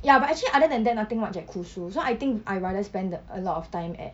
ya but actually other than that nothing much at kusu so I think I'd rather spend the a lot of time at